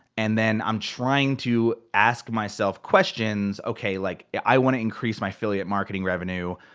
and then i'm trying to ask myself questions. okay like, i want to increase my affiliate marketing revenue,